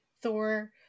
Thor